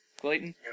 Clayton